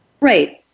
Right